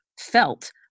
felt